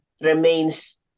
remains